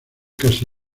casi